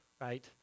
right